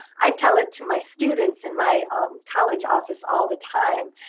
i tell it to my students in my college office all the time.